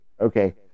okay